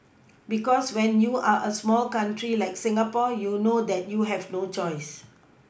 because when you are a small country like Singapore you know that you have no choice